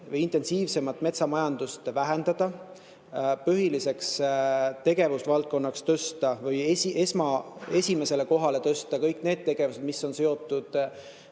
et intensiivsemat metsamajandust vähendada ning põhiliseks tegevusvaldkonnaks või esimesele kohale tõsta kõik need tegevused, mis on seotud